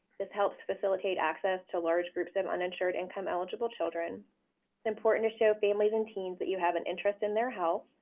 this helps facilitate access to large groups of uninsured, income eligible children. it is important to show families and teens that you have an interest in their health